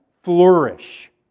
flourish